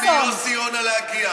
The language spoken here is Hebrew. אני לא ביקשתי מיוסי יונה להגיע,